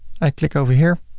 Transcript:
i click over here.